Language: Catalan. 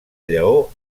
lleó